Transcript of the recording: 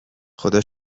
خدا